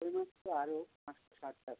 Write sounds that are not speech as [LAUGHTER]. [UNINTELLIGIBLE] টা আরও পাঁচশো ষাট টাকা